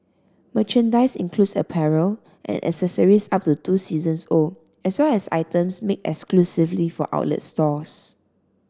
merchandise includes apparel and accessories up to two seasons old as well as items made exclusively for outlet stores